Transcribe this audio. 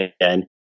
again